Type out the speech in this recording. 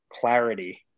clarity